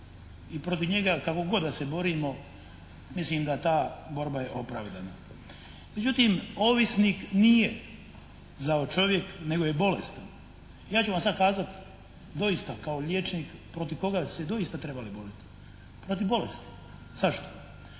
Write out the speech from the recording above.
i protiv njega kako god da se borimo mislim da ta borba je opravdana. Međutim, ovisnik nije zao čovjek nego je bolestan. Ja ću vam sad kazati doista kao liječnik protiv koga bi se doista trebali boriti, protiv bolesti. Zašto?